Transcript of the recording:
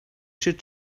should